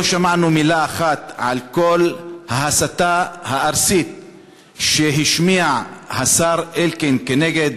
לא שמענו מילה אחת על כל ההסתה הארסית שהשמיע השר אלקין כנגד